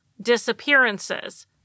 disappearances